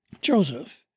Joseph